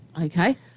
Okay